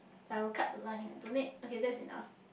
like I will cut the line donate okay that's enough